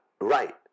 right